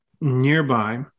nearby